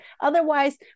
Otherwise